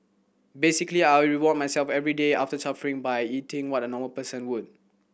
basically I reward myself every day after suffering by eating what a normal person would